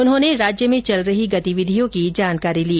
उन्होंने राज्य में चल रही उनकी गतिविधियों की जानकारी ली